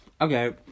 Okay